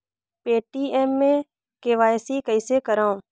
Paytm मे KYC कइसे करव?